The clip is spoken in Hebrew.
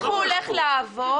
איך הוא הולך לעבור,